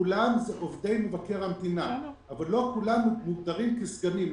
כולם עובדי משרד מבקר המדינה אבל לא כולם מוגדרים כסגנים.